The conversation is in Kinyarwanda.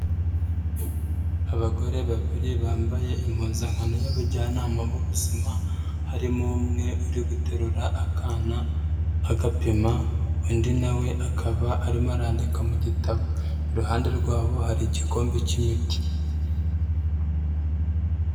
Abagore babiri bambaye impuzankano y'abajyanama b'ubuzima, harimo umwe uri guterura akana agapima, undi na we akaba arimo arandika mu gitabo. Iruhande rwabo hari igikombe k'imiti.